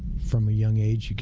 from young age,